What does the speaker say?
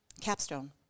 capstone